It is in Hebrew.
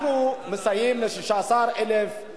מעבירים תוכנית של חצי שעה בשבוע.